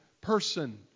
person